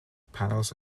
panels